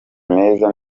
meza